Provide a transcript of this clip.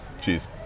Cheers